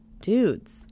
dudes